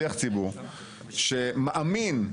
האמת היא,